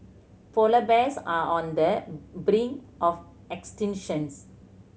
polar bears are on the brink of extinctions